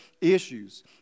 issues